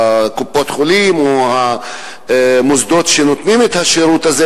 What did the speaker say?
קופות-החולים או המוסדות שנותנים את השירות הזה,